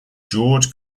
george